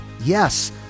yes